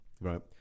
Right